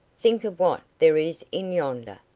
think of what there is in yonder.